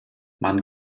man